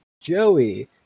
Joey